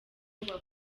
bavuga